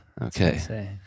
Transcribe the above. okay